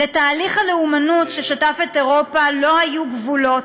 לתהליך הלאומנות ששטף את אירופה לא היו גבולות,